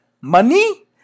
money